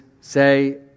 say